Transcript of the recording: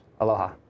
Aloha